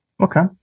Okay